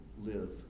live